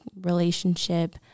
relationship